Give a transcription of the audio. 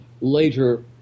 later